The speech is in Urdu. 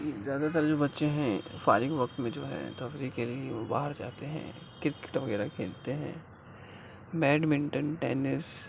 زیادہ تر جو بچے ہیں فارغ وقت میں جو ہے تفریح کے لیے وہ باہر جاتے ہیں کرکٹ وغیرہ کھیلتے ہیں بیڈمنٹن ٹینس